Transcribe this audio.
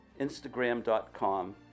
Instagram.com